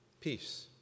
Peace